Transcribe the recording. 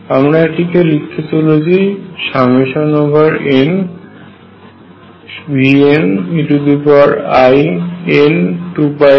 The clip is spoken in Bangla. আমরা এটিকে লিখতে চলেছি nVnein2πax ভাবে